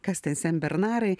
kas ten senbernarai